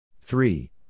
Three